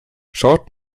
schaut